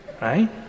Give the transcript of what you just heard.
right